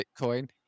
Bitcoin